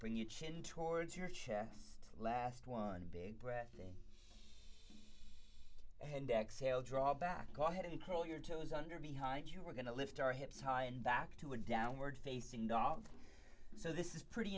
bring your chin towards your chest last one big breath and and exhale draw back all head and call your toes under behind you we're going to lift our hips high and back to a downward facing dog so this is pretty